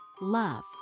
love